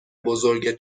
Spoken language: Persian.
بزرگ